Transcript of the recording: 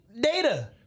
data